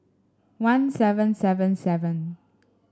one seven seven seven